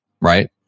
right